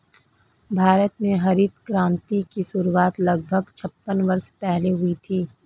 भारत में हरित क्रांति की शुरुआत लगभग छप्पन वर्ष पहले हुई थी